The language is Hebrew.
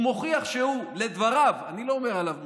הוא מוכיח שהוא, לדבריו, אני לא אומר עליו מושחת,